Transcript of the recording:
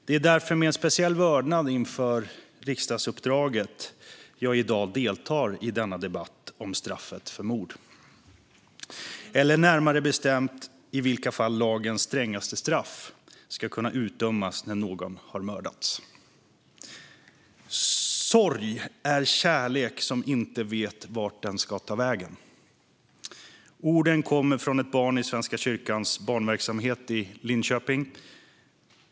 Det är därför med en speciell vördnad inför riksdagsuppdraget som jag i dag deltar i denna debatt om straffet för mord, eller närmare bestämt om i vilka fall lagens strängaste straff ska kunna utdömas när någon har mördats. "Sorg är kärlek som inte vet vart den ska ta vägen." Orden kommer från ett barn i Svenska kyrkans barnverksamhet i Linköping.